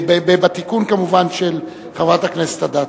בתיקון, כמובן, של חברת הכנסת אדטו.